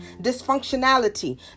dysfunctionality